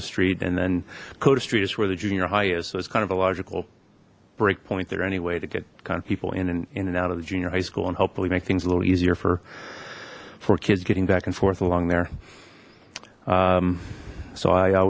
the street and then coda street is where the junior high is so it's kind of a logical breakpoint there anyway to get kind of people in and in and out of the junior high school and hopefully make things a little easier for for kids getting back and forth along there so i